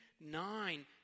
nine